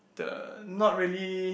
the not really